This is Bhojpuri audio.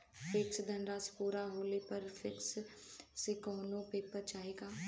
फिक्स धनराशी पूरा होले पर फिर से कौनो पेपर चाही का?